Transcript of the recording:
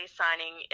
signing